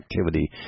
activity